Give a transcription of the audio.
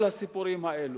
כל הסיפורים האלה.